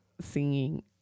singing